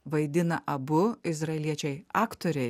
vaidina abu izraeliečiai aktoriai